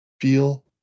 feel